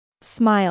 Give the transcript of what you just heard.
Smile